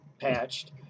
patched